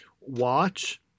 watch